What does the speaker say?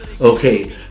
Okay